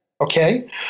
Okay